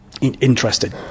Interested